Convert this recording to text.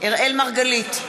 אראל מרגלית,